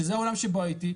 שזה העולם שבו הייתי.